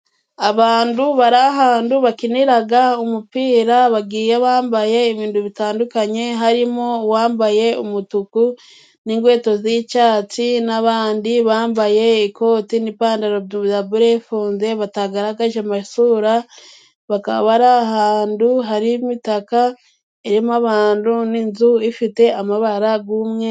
Abantu bari ahantu bakinira umupira, bagiye bambaye ibintu bitandukanye, harimo uwambaye umutuku n'inkweto z'icyatsi n'abandi bambaye ikoti n'ipantaro bya ble fonde, batagaragaje amasura. Bakaba bari ahantu hari imitaka, irimo abantu n'inzu ifite amabara y'umwenda.